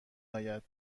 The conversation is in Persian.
آید